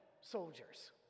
soldiers